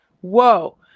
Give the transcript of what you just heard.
whoa